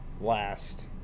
last